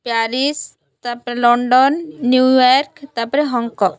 Paris ତା'ପରେ London New York ତା'ପରେ Hong Kong